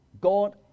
God